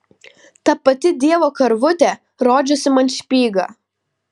ta pati dievo karvutė rodžiusi man špygą